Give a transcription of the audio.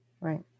Right